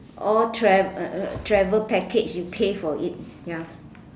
oh trav~ uh travel package you pay for it ya